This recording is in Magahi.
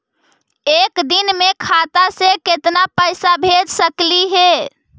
एक दिन में खाता से केतना पैसा भेज सकली हे?